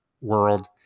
world